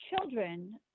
children